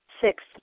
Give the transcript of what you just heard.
Six